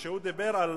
וכשהוא דיבר על